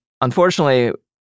Unfortunately